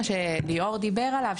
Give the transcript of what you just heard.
מה שליאור דיבר עליו,